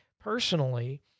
personally